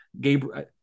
Gabriel